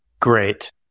Great